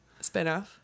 spinoff